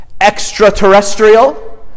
extraterrestrial